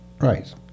Right